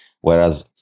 Whereas